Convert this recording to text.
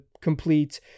complete